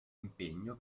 impegno